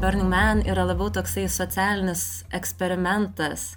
burning man yra labiau tasai socialinis eksperimentas